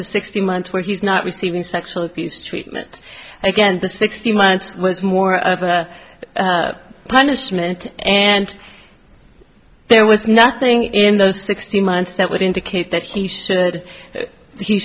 the sixteen months where he's not receiving sexual abuse treatment and again the sixty minutes was more of a punishment and there was nothing in those sixteen months that would indicate that he should he